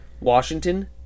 Washington